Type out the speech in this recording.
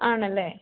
ആണല്ലേ